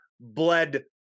bled